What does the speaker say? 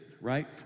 right